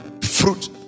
fruit